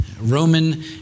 Roman